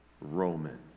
Roman